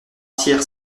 tiers